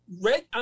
red